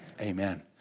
Amen